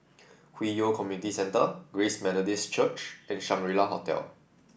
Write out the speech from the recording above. Hwi Yoh Community Centre Grace Methodist Church and Shangri La Hotel